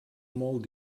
molt